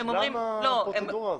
למה הפרוצדורה הזאת?